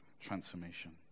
Transformation